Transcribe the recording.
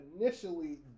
initially